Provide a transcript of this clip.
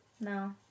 No